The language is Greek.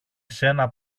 σένα